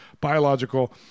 biological